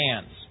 hands